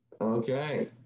Okay